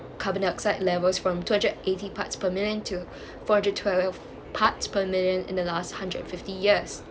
carbon dioxide levels from two hundred and eighty parts per million to four hundred twelve parts per million in the last hundred fifty years